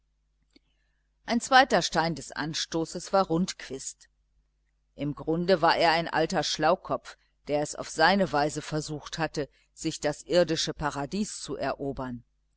ein zweiter stein des anstoßes war rundquist im grunde war er ein alter schlaukopf der es auf seine weise versucht hatte sich das irdische paradies zu erobern